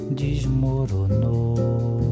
desmoronou